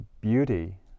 beauty